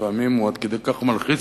לפעמים הוא עד כדי כך מלחיץ,